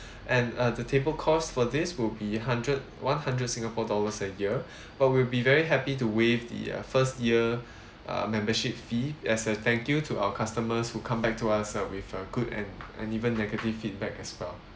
and uh the table cost for this will be hundred one hundred singapore dollars a year but we'll be very happy to waive the uh first year uh membership fee as a thank you to our customers who come back to us uh with a good and and even negative feedback as well